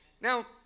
Now